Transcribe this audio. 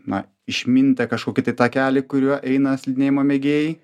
na išmintą kažkokį tai takelį kuriuo eina slidinėjimo mėgėjai